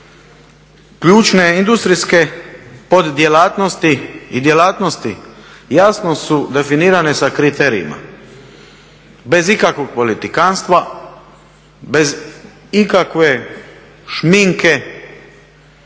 Ključne industrijske pod djelatnosti i djelatnosti jasno su definirane sa kriterijima bez ikakvog politikantstva, bez ikakve šminke,